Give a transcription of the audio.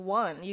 one